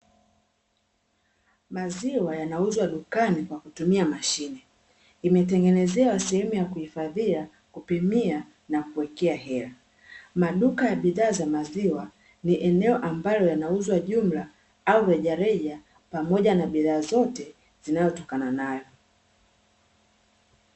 Maziwa yanauzwa dukani kwa kutumia mashine, imetengenezewa sehemu ya kuhifadhia, kupimia na kuwekea hela. Maduka ya bidhaa za maziwa, ni eneo ambalo yanauzwa jumla au rejareja, pamoja na bidhaa zote zinazotokana nayo.